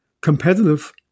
competitive